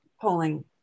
polling